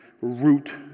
root